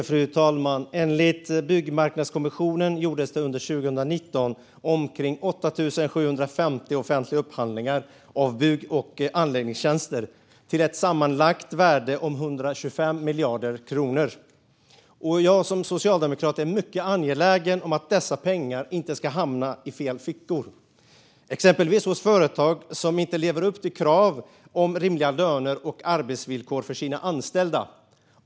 Fru talman! Enligt Byggmarknadskommissionen gjordes det under 2019 omkring 8 750 offentliga upphandlingar av bygg och anläggningstjänster till ett sammanlagt värde av 125 miljarder kronor. Som socialdemokrat är jag mycket angelägen om att dessa pengar inte ska hamna i fel fickor, exempelvis hos företag som inte lever upp till krav om rimliga löner och arbetsvillkor för sina anställda.